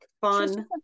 fun